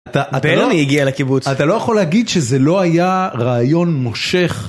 אתה לא יכול להגיד שזה לא היה רעיון מושך.